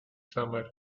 summer